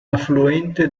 affluente